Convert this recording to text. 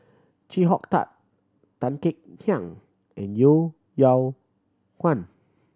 Chee Tat Tan Kek Hiang and Yeo Yeow Kwang